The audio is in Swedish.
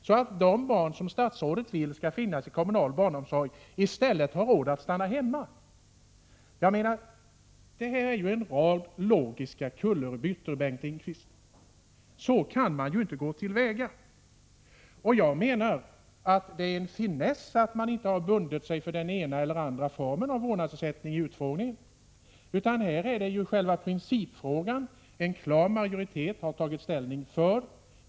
Då kan de barn som statsrådet vill skall finnas i kommunal barnomsorg i stället ha råd att stanna hemma. Detta är en rad logiska kullerbyttor, Bengt Lindqvist. Så kan man inte gå till väga. Jag menar att det är en finess att man i utfrågningen inte har bundit sig för den ena eller andra formen av vårdnadsersättning utan att det här gäller själva principfrågan. En klar majoritet har tagit ställning för vårdnadsersättning.